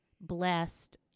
blessed